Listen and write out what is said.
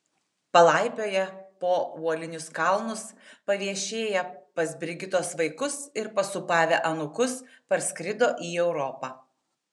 palaipioję po uolinius kalnus paviešėję pas brigitos vaikus ir pasūpavę anūkus parskrido į europą